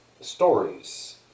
stories